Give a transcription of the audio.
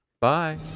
Bye